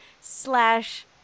slash